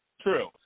True